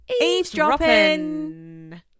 eavesdropping